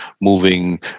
moving